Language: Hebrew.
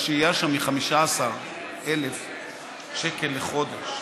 השהייה שם היא 15,000 שקל לחודש.